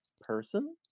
person